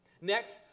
Next